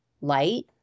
Light